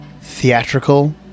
theatrical